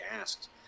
asked